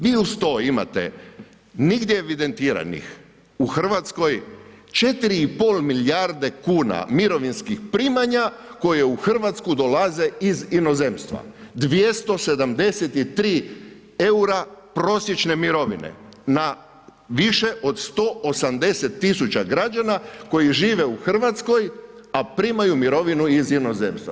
Vi uz to imate nigdje evidentiranih u Hrvatskoj 4,5 milijarde kuna mirovinskih primanja koje u Hrvatsku dolaze iz inozemstva, 273 eura prosječne mirovine na više od 180 000 građana koji žive u Hrvatskoj a primaju mirovine iz inozemstva.